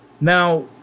Now